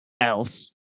else